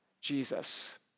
Jesus